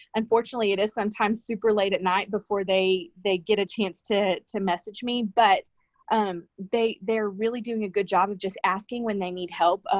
unfortunately, it is sometimes super late at night before they they get a chance to to message me, but um they're really doing a good job of just asking when they need help.